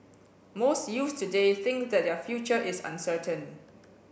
most youths today think that their future is uncertain